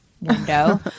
window